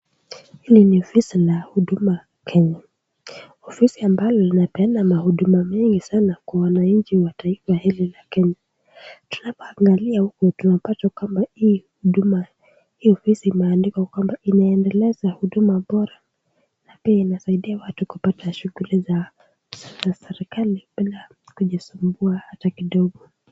Hili ni ofisi la Huduma Kenya, ofisi ambalo linapeana mahuduma mingi sana kwa wananchi wa taifa hili la Kenya, tunapo angalia huku tunapata kwamba hii huduma, hii ofisi imeandikwa kwamba inaendeleza huduma bora na pia inasaidia watu kupata shughuli za serikali bila kujisumbua hata kidogo.